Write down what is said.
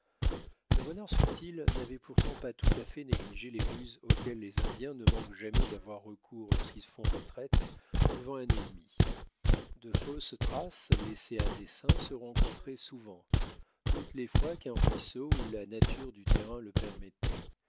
le renard subtil n'avait pourtant pas tout à fait négligé les ruses auxquelles les indiens ne manquent jamais d'avoir recours lorsqu'ils font retraite devant un ennemi de fausses traces laissées à dessein se rencontraient souvent toutes les fois qu'un ruisseau ou la nature du terrain le permettait